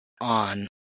on